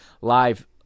live